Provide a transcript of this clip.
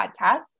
podcast